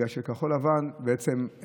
בגלל שכחול לבן בעצם,